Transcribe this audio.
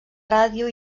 ràdio